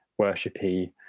worshipy